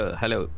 hello